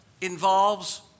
involves